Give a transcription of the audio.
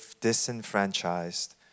disenfranchised